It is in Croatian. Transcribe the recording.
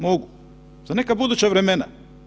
Mogu, za neka buduća vremena.